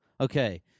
Okay